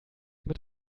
mit